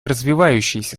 развивающиеся